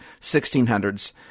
1600s